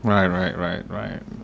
right right right right